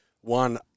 one